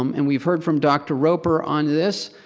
um and we've heard from dr. roper on this,